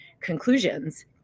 conclusions